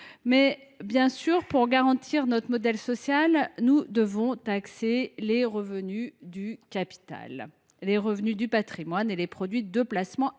! Bien sûr, pour garantir notre modèle social, nous devons taxer les revenus du capital, du patrimoine, les produits de placement à la